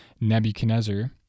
Nebuchadnezzar